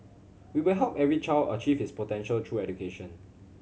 we will help every child achieve his potential through education